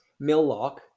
Milllock